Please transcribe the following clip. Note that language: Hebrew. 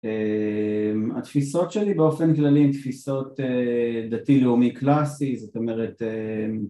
התפיסות שלי באופן כללי הן תפיסות דתי לאומי קלאסי זאת אומרת